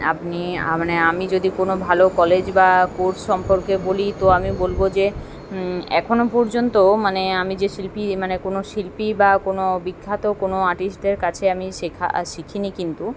আপনি মানে আমি যদি কোনও ভালো কলেজ বা কোর্স সম্পর্কে বলি তো আমি বলবো যে এখনও পর্যন্ত মানে আমি যে শিল্পী মানে কোনও শিল্পী বা কোনও বিখ্যাত কোনও আর্টিস্টদের কাছে আমি শেখা শিখিনি কিন্তু